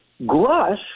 Grush